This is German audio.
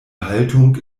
haltung